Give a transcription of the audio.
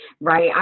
right